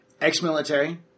Ex-military